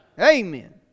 Amen